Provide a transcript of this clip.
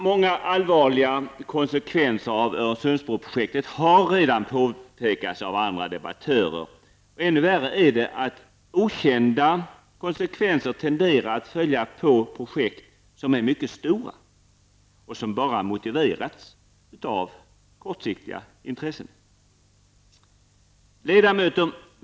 Många allvarliga konsekvenser av Öresundsbroprojektet har redan påvisats av andra debattörer. Ännu värre är det att okända konsekvenser tenderar att följa på projekt som är mycket stora och som bara motiverats av kortsiktiga intressen. Ledamöter!